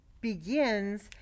begins